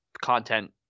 content